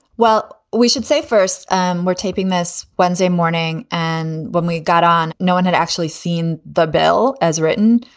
well, we should say first um we're taping this wednesday morning and when we got on. no one had actually seen the bill as written.